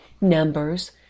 Numbers